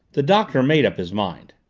the doctor made up his mind.